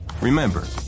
Remember